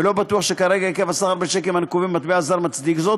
ולא בטוח שכרגע היקף הסחר בשיקים הנקובים במטבע זר מצדיק זאת,